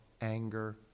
anger